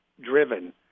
driven